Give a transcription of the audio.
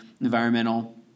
environmental